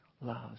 loves